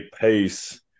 pace